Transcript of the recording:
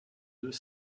deux